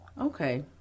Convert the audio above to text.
Okay